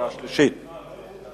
נגד, 2. אם כך,